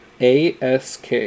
ASK